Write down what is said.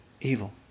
evil